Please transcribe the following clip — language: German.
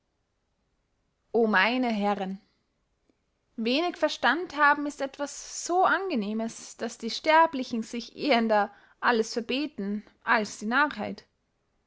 o meine herren wenig verstand haben ist etwas so angenehmes daß die sterblichen sich ehender alles verbäten als die